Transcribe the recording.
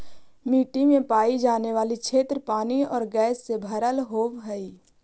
मिट्टी में पाई जाने वाली क्षेत्र पानी और गैस से भरल होवअ हई